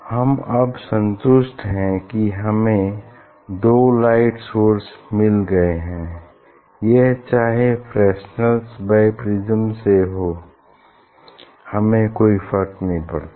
अब हम संतुस्ट हैं कि हमें दो लाइट सोर्स मिल गए हैं यह चाहे फ्रेसनेलस बाई प्रिज्म से हो हमें कोई फर्क नहीं पड़ता